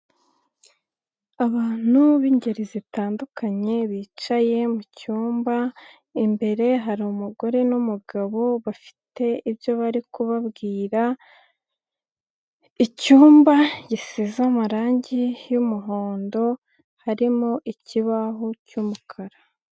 Abantu b'ingeri zitandukanye bicaye mu cyumba, imbere hari umugore n'umugabo bafite ibyo bari kubabwira, icyumba gisize amarangi y'umuhondo, harimo ikibaho cy'umukara.